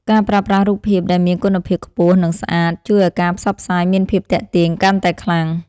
ការប្រើប្រាស់រូបភាពដែលមានគុណភាពខ្ពស់និងស្អាត ជួយឱ្យការផ្សព្វផ្សាយមានភាពទាក់ទាញកាន់តែខ្លាំង។